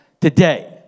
today